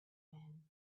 when